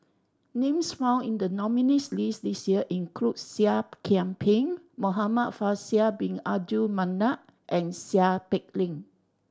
names found in the nominees' list this year include Seah Kian Peng Muhamad Faisal Bin Abdul Manap and Seow Peck Leng